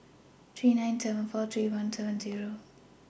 three nine seven four three one seven Zero